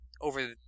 over